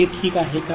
ते ठीक आहे का